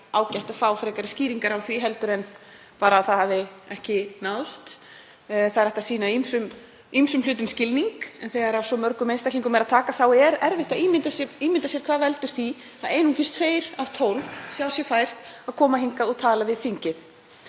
ágætt að fá frekari skýringar á því en bara þá að það hafi ekki náðst. Það er hægt að sýna ýmsum hlutum skilning en þegar af svo mörgum einstaklingum er að taka er erfitt að ímynda sér hvað veldur því að einungis tveir af tólf sjá sér fært að koma og tala við þingið.